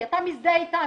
כי אתה מזדהה איתם,